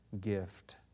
gift